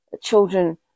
children